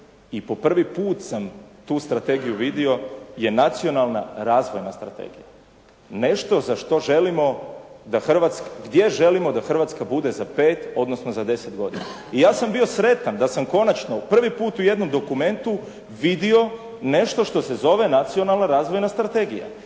i po prvi put sam tu strategiju vidio je nacionalna razvojna strategija. Nešto za što želimo, gdje želimo da Hrvatska bude za pet, odnosno za deset godina. I ja sam bio sretan da sam konačno prvi put u jednom dokumentu vido nešto što se zove nacionalno razvojna strategija.